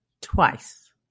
Twice